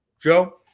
Joe